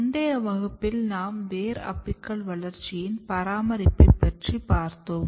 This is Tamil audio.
முந்தைய வகுப்பில் நாம் வேர் அபிக்கல் வளர்ச்சியின் பராமரிப்பை பற்றி பார்த்தோம்